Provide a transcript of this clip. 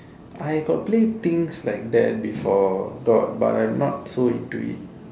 I got play things like that before got but I'm not so into it